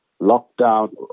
lockdown